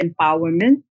Empowerment